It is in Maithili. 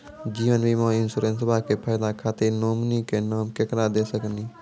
जीवन बीमा इंश्योरेंसबा के फायदा खातिर नोमिनी के नाम केकरा दे सकिनी?